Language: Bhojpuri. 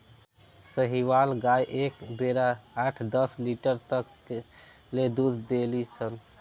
साहीवाल गाय एक बेरा आठ दस लीटर तक ले दूध देली सन